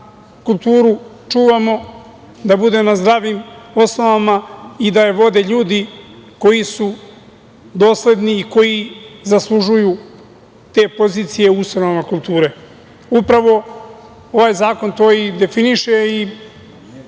kulturu čuvamo da bude na zdravim osnovama i da je vode ljudi koji su dosledni i koji zaslužuju te pozicije u ustanovama kulture. Upravo ovaj zakon to i definiše i